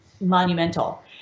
monumental